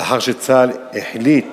לאחר שצה"ל החליט